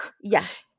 yes